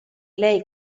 lei